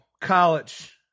College